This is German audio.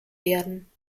werden